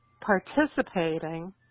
participating